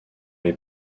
les